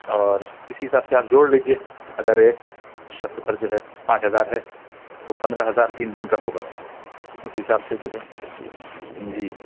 اور اس حساب سے آپ جوڑ لیجیے اگر ایک شخص پر جو ہے پانچ ہزار ہے تو پندرہ ہزار تین دن کا ہوگا اس حساب سے جو ہے جی